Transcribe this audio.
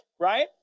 right